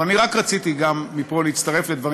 אבל אני רק רציתי גם מפה להצטרף לדברים